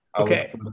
Okay